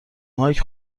مایک